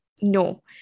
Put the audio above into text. No